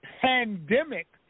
pandemic